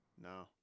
No